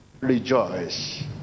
Rejoice